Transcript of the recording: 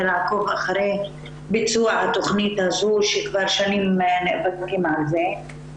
לעקוב אחרי ביצוע התכנית הזו שכבר שנים נאבקים על זה,